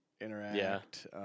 interact